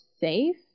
safe